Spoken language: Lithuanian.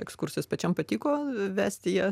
ekskursijas pačiam patiko vesti ją